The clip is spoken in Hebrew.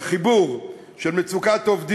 חברי חברי הכנסת, הצעת החוק שלפנינו